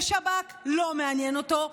ושב"כ לא מעניין אותו.